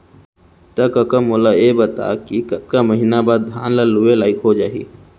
त कका मोला ये बता कि कतका महिना बाद धान ह लुए लाइक हो जाथे?